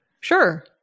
Sure